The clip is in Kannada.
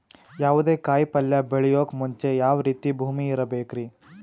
ಯಾವುದೇ ಕಾಯಿ ಪಲ್ಯ ಬೆಳೆಯೋಕ್ ಮುಂಚೆ ಯಾವ ರೀತಿ ಭೂಮಿ ಇರಬೇಕ್ರಿ?